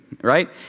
right